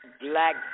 black